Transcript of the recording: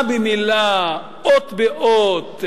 מלה במלה, אות באות.